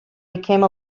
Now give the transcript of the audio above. became